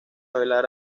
velar